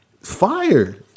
fire